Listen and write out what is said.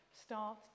start